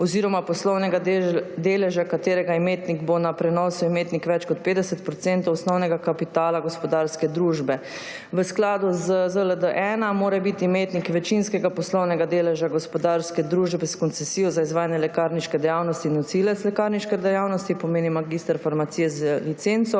oziroma poslovnega deleža, katerega imetnik bo na prenosu imetnik več kot 50 % osnovnega kapitala gospodarske družbe. V skladu z ZLD-1 mora biti imetnik večinskega poslovnega deleža gospodarske družbe s koncesijo za izvajanje lekarniške dejavnosti in nosilec lekarniške dejavnosti, pomeni magister farmacije z licenco,